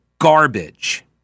garbage